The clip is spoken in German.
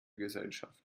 gesellschaft